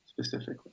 specifically